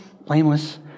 blameless